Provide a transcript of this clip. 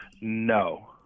No